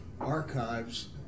archives